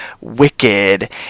wicked